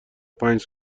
پنج